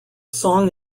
song